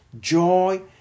Joy